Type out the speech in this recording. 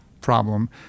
problem